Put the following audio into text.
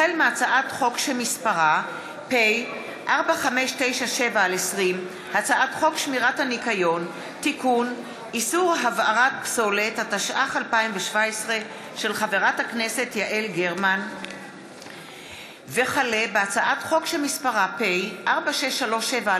החל בהצעת חוק שמספרה פ/4597/20 וכלה בהצעת חוק שמספרה פ/4637/20: